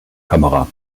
kamera